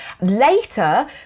Later